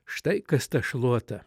štai kas ta šluota